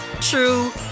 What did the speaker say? true